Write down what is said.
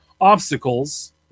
obstacles